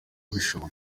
bishoboka